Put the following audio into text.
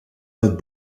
uit